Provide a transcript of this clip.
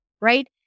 right